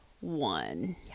one